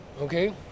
okay